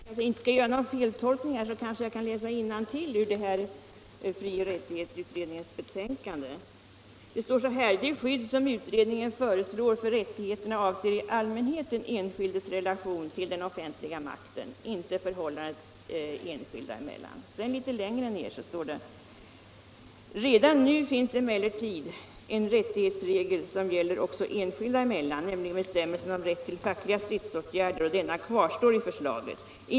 Herr talman! För att det inte skall bli någon feltolkning vill jag läsa innantill på s. 18 och 19 i frioch rättighetsutredningens betänkande. Där står: ”Det skydd som utredningen föreslår för rättigheterna avser i allmänhet den enskildes relation till den offentliga makten, inte förhållandet enskilda emellan.” —-=- Redan nu finns emellertid i RF en rättighetsregel Nr 24 som gäller också enskilda emellan, nämligen bestämmelsen om rätt till fackliga stridsåtgärder. Denna kvarstår i förslaget.